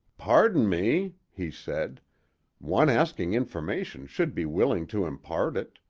pardon me, he said one asking information should be willing to impart it.